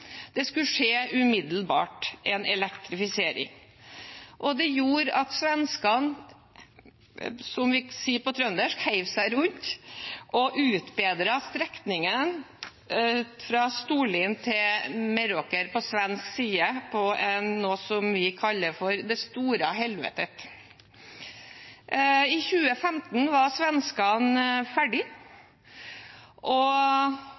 Det skulle umiddelbart skje en elektrifisering. Det gjorde at svenskene heiv seg rundt, som vi sier på trøndersk, og utbedret strekningen fra Storlien til Meråker på svensk side, som vi kaller «Stora Helvetet». I 2015 var svenskene ferdige, og